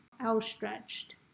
outstretched